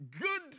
good